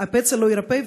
הפצע לא יירפא,